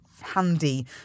handy